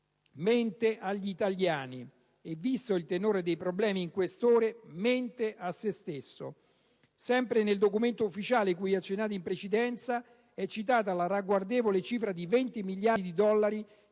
mente agli italiani e, considerato il tenore dei problemi in questione, mente a se stesso. Sempre nel documento ufficiale cui accennavo in precedenza è citata la ragguardevole cifra di 20 miliardi di dollari